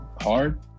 hard